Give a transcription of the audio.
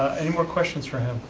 any more questions for him?